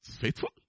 Faithful